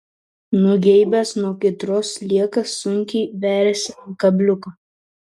nugeibęs nuo kaitros sliekas sunkiai veriasi ant kabliuko